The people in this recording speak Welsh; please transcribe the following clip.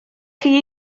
chi